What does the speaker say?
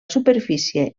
superfície